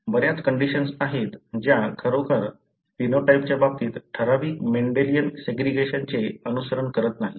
बर्याच कंडिशन्स आहेत ज्या खरोखर फेनोटाइपच्या बाबतीत ठराविक मेंडेलियन सेग्रीगेशनचे अनुसरण करत नाहीत